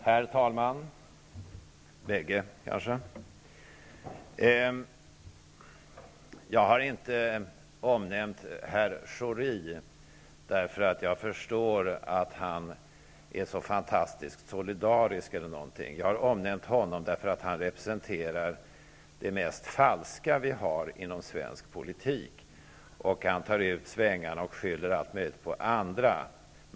Herr talman! Jag har inte omnämnt herr Schori därför att jag förstår att han är så fantastiskt solidarisk eller något liknande. Jag har omnämnt honom eftersom han representerar det mest falska vi har inom svensk politik. Han tar ut svängarna och skyller allt möjligt på andra.